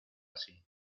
así